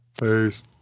peace